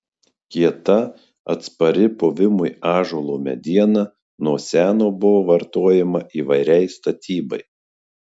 kieta atspari puvimui ąžuolo mediena nuo seno buvo vartojama įvairiai statybai